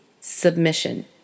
submission